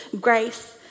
grace